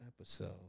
Episode